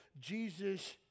Jesus